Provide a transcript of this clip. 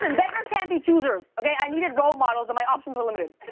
and beggars can't be choosers, okay? i needed role models, and my options were limited.